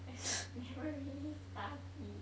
and I never really study